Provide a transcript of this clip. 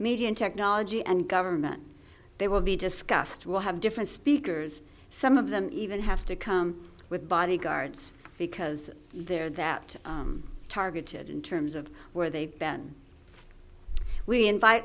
media technology and government they will be discussed will have different speakers some of them even have to come with bodyguards because they're that targeted in terms of where they've been we invite